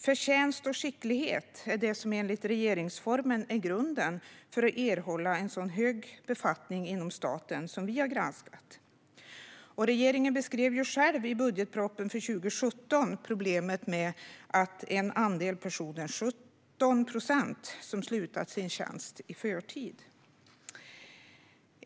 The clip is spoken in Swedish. Förtjänst och skicklighet är enligt regeringsformen grunden för att erhålla en så hög befattning inom staten som vi har granskat. Regeringen beskrev själv i budgetpropositionen för 2017 problemet med att 17 procent har slutat sin tjänst i förtid.